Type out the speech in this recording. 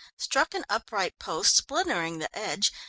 struck an upright post, splintering the edge,